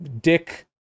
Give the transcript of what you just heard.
Dick